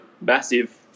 massive